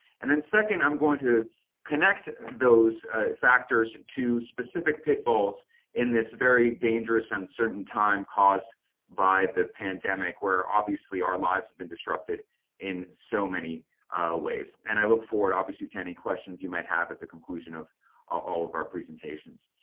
and then second, i'm going to connect those factors to specific pitfalls in this very dangerous, uncertain time caused by the pandemic, where obviously our lives have been disrupted in so many ways. and i look forward obviously to any questions you might have at the conclusion of all of our presentations.